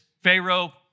Pharaoh